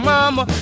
Mama